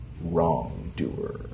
wrongdoer